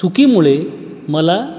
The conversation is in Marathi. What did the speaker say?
चुकीमुळे मला